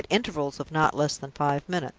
at intervals of not less than five minutes.